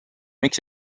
miks